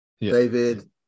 david